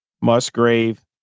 Musgrave